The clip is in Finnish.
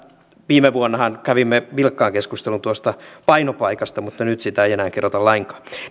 viime vuonnahan kävimme vilkkaan keskustelun tuosta painopaikasta mutta nyt sitä ei enää kerrota lainkaan